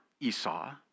Esau